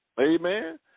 amen